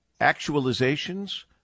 actualizations